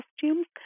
costumes